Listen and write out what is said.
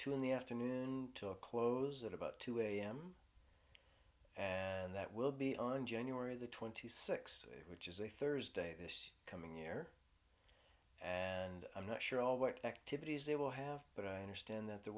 two in the afternoon to a close at about two am and that will be on january the twenty sixth which is a thursday this coming year and i'm not sure all what activities they will have but i understand that there